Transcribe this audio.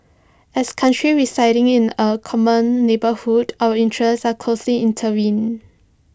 as countries residing in A common neighbourhood our interests are closely intertwined